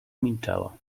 milczała